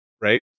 Right